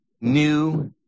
new